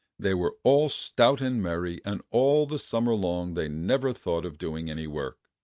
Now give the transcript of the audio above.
they were all stout and merry, and all the summer long they never thought of doing any work.